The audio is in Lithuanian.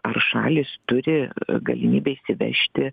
ar šalys turi galimybę įsivežti